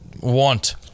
want